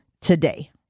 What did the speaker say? today